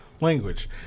language